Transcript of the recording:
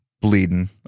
bleeding